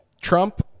trump